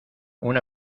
una